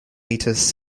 litres